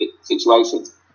situations